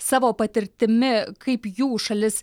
savo patirtimi kaip jų šalis